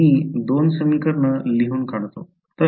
तर मी दोन समीकरणं लिहून काढतो